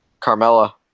carmella